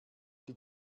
die